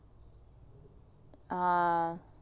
err